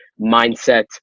mindset